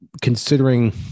considering